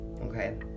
Okay